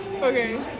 Okay